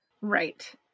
Right